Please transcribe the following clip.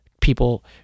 people